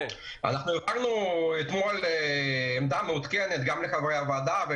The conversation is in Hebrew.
אנחנו העברנו אתמול עמדה מעודכנת גם לחברי הוועדה,